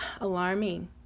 alarming